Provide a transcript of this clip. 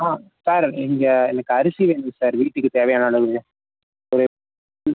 ஆ sir இங்கே எனக்கு அரிசி வேணும் சார் வீட்டுக்கு தேவையான அளவு ஒரு